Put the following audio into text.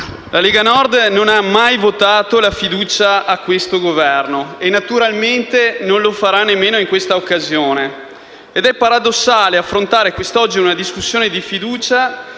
Lega Nord non ha mai votato la fiducia a questo Governo e naturalmente non lo farà nemmeno in questa occasione. È paradossale affrontare quest'oggi una discussione sulla fiducia